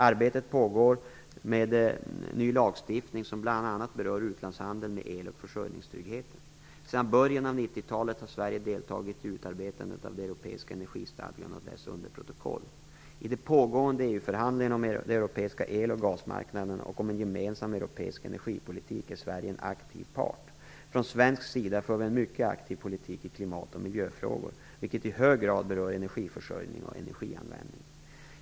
Arbete pågår med ny lagstiftning som bl.a. berör utlandshandeln med el och försörjningstryggheten. Sedan början av 1990-talet har Sverige deltagit i utarbetandet av den europeiska energistadgan och dess underprotokoll. I de pågående EU-förhandlingarna om de europeiska el och gasmarknaderna, och om en gemensam europeisk energipolitik, är Sverige en aktiv part. Från svensk sida för vi en mycket aktiv politik i klimat och miljöfrågor - vilka i hög grad berör energiförsörjningen och energianvändningen.